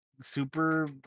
super